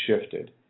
shifted